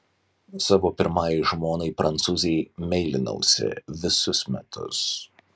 savo pirmajai žmonai prancūzei meilinausi visus metus